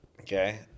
Okay